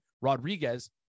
Rodriguez